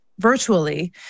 virtually